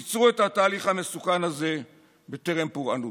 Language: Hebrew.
עצרו את התהליך המסוכן הזה בטרם פורענות.